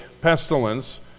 pestilence